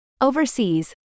Overseas